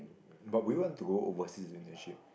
uh but would you want to go overseas for internship